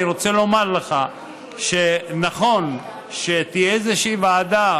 אני רוצה לומר לך שנכון שתהיה איזושהי ועדה